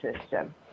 system